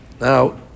Now